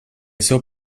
seu